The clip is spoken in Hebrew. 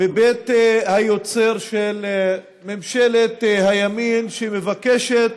מבית היוצר של ממשלת הימין, שמבקשת